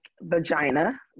vagina